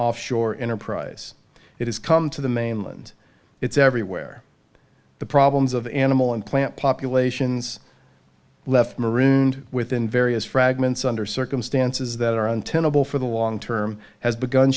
offshore enterprise it has come to the mainland it's everywhere the problems of animal and plant populations left marooned within various fragments under circumstances that are untenable for the long term has begun